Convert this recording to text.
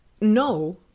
no